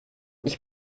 ich